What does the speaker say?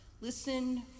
Listen